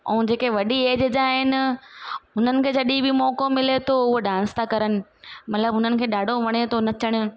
ऐं जेके वॾी एज जा आहिनि हुननि खे जॾहिं बि मौक़ो मिले थो उहो डांस था करनि मतिलबु हुननि खे ॾाढो वणे थो नचणु